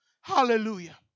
Hallelujah